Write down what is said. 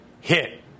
hit